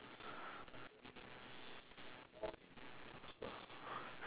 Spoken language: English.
ya the white colour